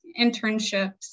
internships